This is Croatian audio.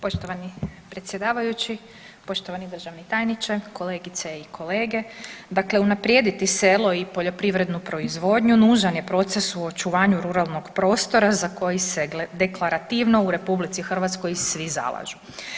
Poštovani predsjedavajući, poštovani državni tajniče, kolegice i kolege, dakle unaprijediti selo i poljoprivrednu proizvodnju nužan je proces u očuvanju ruralnog prostora za koji se deklarativno u RH i svi zalažu.